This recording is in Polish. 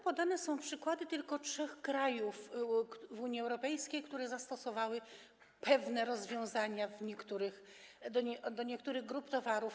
Podane są tam przykłady tylko trzech krajów Unii Europejskiej, które zastosowały pewne rozwiązania w odniesieniu do niektórych grup towarów.